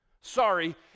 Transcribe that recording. Sorry